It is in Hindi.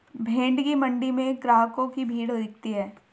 भेंड़ की मण्डी में ग्राहकों की भीड़ दिखती है